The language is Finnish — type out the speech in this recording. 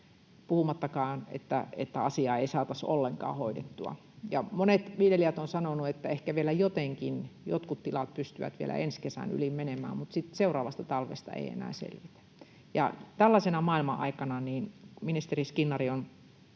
puhumattakaan, että asiaa ei saataisi ollenkaan hoidettua. Monet viljelijät ovat sanoneet, että ehkä vielä jotenkin jotkut tilat pystyvät ensi kesän yli menemään, mutta sitten seuraavasta talvesta ei enää selvitä. Tällaisena maailmanaikana — ministeri Skinnari on